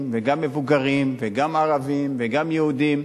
וגם מבוגרים וגם ערבים וגם יהודים.